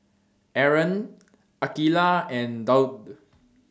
Aaron Aqeelah and Daud